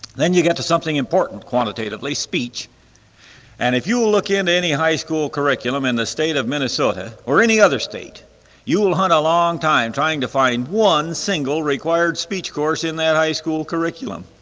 then you get to something important quantitatively speech and if you will look into any high school curriculum in the state of minnesota, or any other state you will hunt a long time trying to find one single required speech course in that high school curriculum.